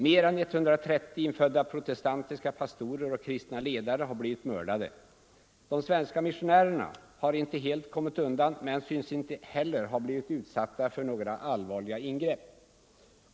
Mer än 130 infödda protestantiska pastorer och kristna ledare har blivit mördade. - De svenska missionärerna har inte helt kommit undan men synes inte heller ha blivit utsatta för några allvarligare angrepp.